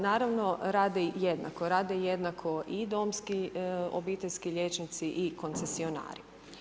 Naravno rade jednako, rade jednako i domski obiteljski liječnici i koncesionari.